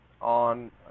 on